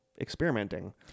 experimenting